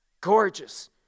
gorgeous